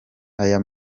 aya